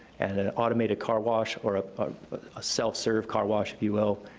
and an automated car wash or a ah self-serve car wash, you will,